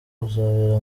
uzabera